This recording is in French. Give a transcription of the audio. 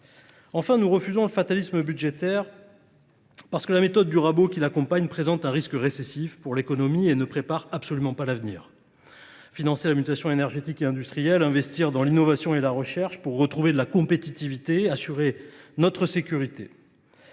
Enfin, nous refusons le fatalisme budgétaire parce que la méthode du rabot qui l'accompagne présente un risque récessif pour l'économie et ne prépare absolument pas l'avenir. Financer la mutation énergétique et industrielle, investir dans l'innovation et la recherche pour retrouver de la compétitivité, assurer notre sécurité.